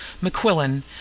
McQuillan